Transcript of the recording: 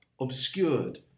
obscured